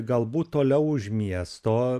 galbūt toliau už miesto